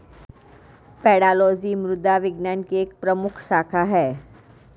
pedology मृदा विज्ञान की एक प्रमुख शाखा है